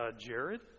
Jared